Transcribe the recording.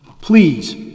Please